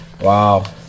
Wow